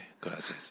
Gracias